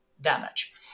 damage